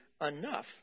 enough